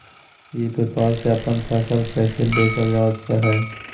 ई व्यापार से अपन फसल कैसे बेचल जा हाय?